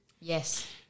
Yes